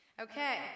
Okay